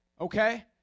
Okay